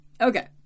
Okay